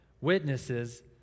witnesses